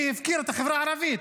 היא הפקירה את החברה הערבית.